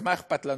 אז מה אכפת לנו?